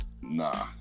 Nah